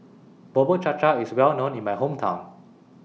Bubur Cha Cha IS Well known in My Hometown